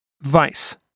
Vice